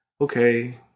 Okay